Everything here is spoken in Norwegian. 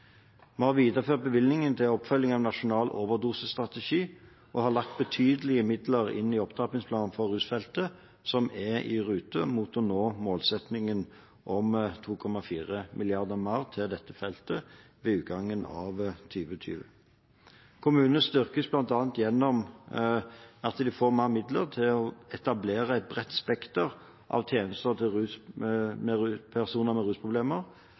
Vi har videreført bevilgningene til oppfølging av Nasjonal overdosestrategi og har lagt betydelige midler inn i opptrappingsplanen for rusfeltet, som er i rute for å nå målsettingen om 2,4 mrd. kr mer til dette feltet ved utgangen av 2020. Kommunene styrkes bl.a. gjennom at de får mer midler til å etablere et bredt spekter av tjenester til personer med